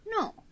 No